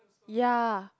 ya